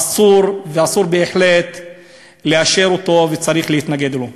אסור ואסור בהחלט לאשר אותו וצריך להתנגד לו.